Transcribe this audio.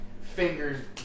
fingers